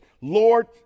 Lord